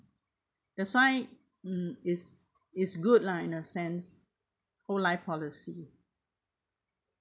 that's why mm it's it's good lah in the sense whole life policy